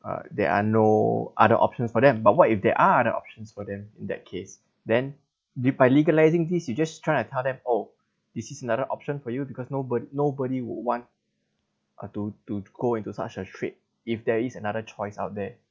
uh there are no other options for them but what if there are other options for them in that case then you by legalizing these you just try and tell them oh this is another option for you because nobo~ nobody would want uh to to go into such a trade if there is another choice out there